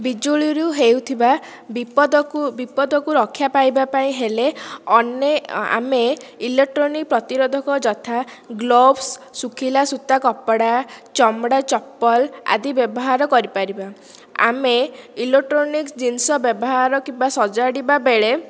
ବିଜୁଳିରୁ ହେଉଥିବା ବିପଦକୁ ବିପଦକୁ ରକ୍ଷା ପାଇବାପାଇଁ ହେଲେ ଅନେ ଆମେ ଇଲୋଟ୍ରୋନିକ୍ ପ୍ରତିରୋଧକ ଯଥା ଗ୍ଲୋବସ୍ ସୁଖିଲା ସୂତା କପଡ଼ା ଚମଡ଼ା ଚପଲ୍ ଆଦି ବ୍ୟବହାର କରିପାରିବା ଆମେ ଇଲୋକ୍ଟ୍ରୋନିକ୍ସ୍ ଜିନିଷ ବ୍ୟବହାର କିମ୍ବା ସଜାଡ଼ିବା ବେଳେ